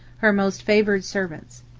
her most favored servants.